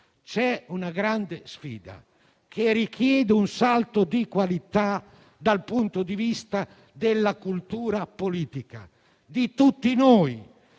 c'è una grande sfida che richiede un salto di qualità, dal punto di vista della cultura politica di tutti noi,